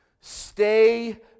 Stay